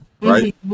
Right